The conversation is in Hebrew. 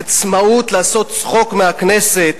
עצמאות לעשות צחוק מהכנסת?